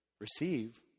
receive